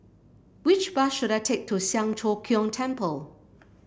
which bus should I take to Siang Cho Keong Temple